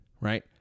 Right